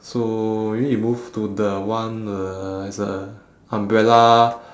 so we need to move to the one uh there's a umbrella